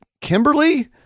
Kimberly